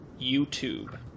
YouTube